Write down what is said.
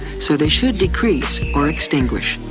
so they should decrease or extinguish.